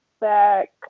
back